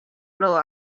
blow